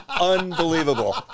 unbelievable